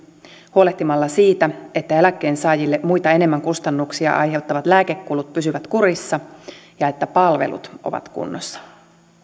huolehtimalla siitä että eläkkeensaajille muita enemmän kustannuksia aiheuttavat lääkekulut pysyvät kurissa ja että palvelut ovat kunnossa